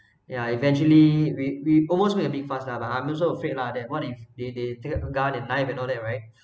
ya eventually we we almost made a big fuss lah but I'm also afraid lah that what if they they take up the gun and knife all that right